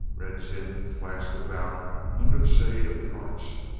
red jim flashed about under the shade of the arch.